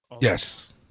Yes